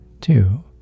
two